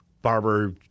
Barber